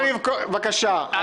ואתה משתתף בפריימריז --- בבקשה, אחמד.